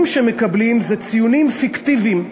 הציונים שהם מקבלים הם ציונים פיקטיביים.